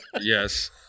Yes